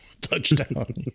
touchdown